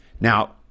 Now